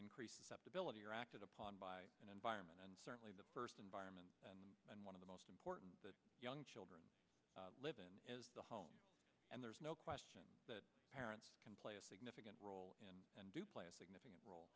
increased ability are acted upon by the environment and certainly the first environment and one of the most important that young children live in is the home and there's no question that parents can play a significant role and do play a significant role